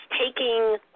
taking